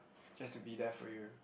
just to be there for you